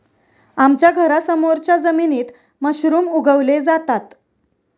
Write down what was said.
आमच्या घरासमोरच्या जमिनीत मशरूम उगवले जातात